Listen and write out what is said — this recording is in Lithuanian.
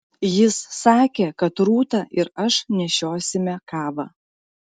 jis sakė kad rūta ir aš nešiosime kavą